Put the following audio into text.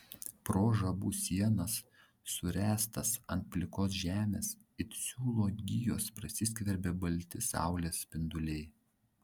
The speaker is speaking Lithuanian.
pro žabų sienas suręstas ant plikos žemės it siūlų gijos prasiskverbė balti saulės spinduliai